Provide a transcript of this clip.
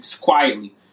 quietly